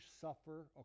suffer